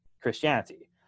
Christianity